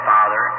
Father